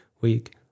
week